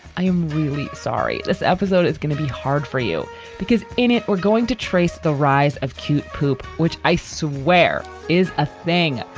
i am really sorry. this episode is going to be hard for you because in it we're going to trace the rise of cute poop, which i swear is a thing.